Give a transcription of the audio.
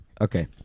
Okay